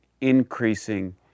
increasing